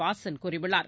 வாசன் கூறியுள்ளார்